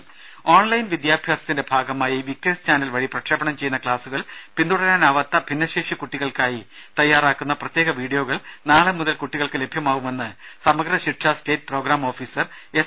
രുമ ഓൺലൈൻ വിദ്യാഭ്യാസത്തിന്റെ ഭാഗമായി വിക്റ്റേഴ്സ് ചാനൽ വഴി പ്രക്ഷേപണം ചെയ്യുന്ന ക്ലാസുകൾ പിന്തുടരാനാവാത്ത ഭിന്നശേഷി കുട്ടികൾക്കായി തയാറാക്കുന്ന പ്രത്യേക വീഡിയോകൾ നാളെ മുതൽ കുട്ടികൾക്ക് ലഭ്യമാവുമെന്ന് Samagra Shiksha state programme officer S